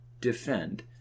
Defend